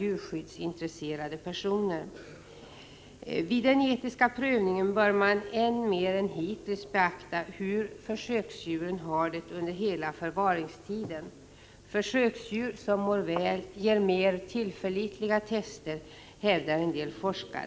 djurskyddsintresserade lekmän. Vid den etiska prövningen bör man mer än hittills beakta hur försöksdjuren har det under hela förvaringstiden. Försöksdjur som mår väl ger mer tillförlitliga tester vid försöken, hävdar en del forskare.